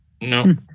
No